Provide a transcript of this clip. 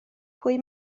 pwy